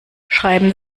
schreiben